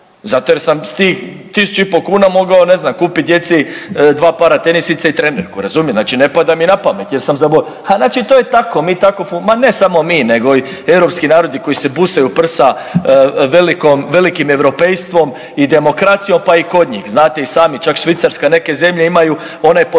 zato jer sam s tih 1.500 kuna mogao ne znam kupiti djeci 2 para tenisica i trenirku. Znači ne pada mi napamet jer sam …/nerazumljivo/… a znači to je tako, mi tako funkcioniramo, a ne samo mi nego i europski narodi koji se busaju u prsa velikom, velikim europejstvom i demokracijom pa i kod njih. Znate i sami čak Švicarska, neke zemlje imaju onaj postotak